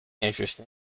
Interesting